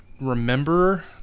remember